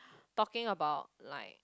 talking about like